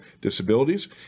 disabilities